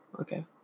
Okay